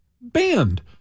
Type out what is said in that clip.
banned